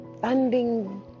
funding